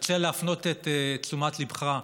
אני רוצה להפנות את תשומת ליבך,